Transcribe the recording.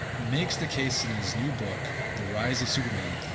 makes the case in his new book the rise of superman,